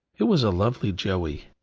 it was a lovely joey.